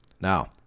Now